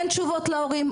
אין תשובות להורים.